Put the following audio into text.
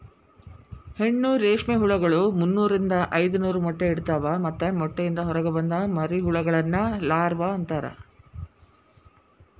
ಹೆಣ್ಣು ರೇಷ್ಮೆ ಹುಳಗಳು ಮುನ್ನೂರಿಂದ ಐದನೂರ ಮೊಟ್ಟೆ ಇಡ್ತವಾ ಮತ್ತ ಮೊಟ್ಟೆಯಿಂದ ಹೊರಗ ಬಂದ ಮರಿಹುಳಗಳನ್ನ ಲಾರ್ವ ಅಂತಾರ